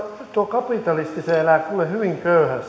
tuo kapitalisti elää kuule hyvin köyhässäkin ihmisessä kun